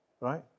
Right